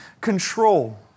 control